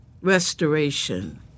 restoration